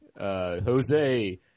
Jose